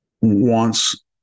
wants